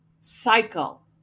cycle